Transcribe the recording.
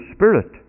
Spirit